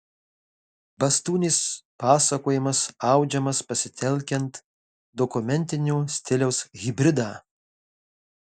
bastūnės pasakojimas audžiamas pasitelkiant dokumentinio stiliaus hibridą